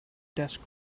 desk